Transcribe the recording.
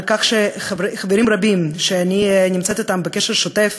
על כך שחברים רבים שאני נמצאת אתם בקשר שוטף,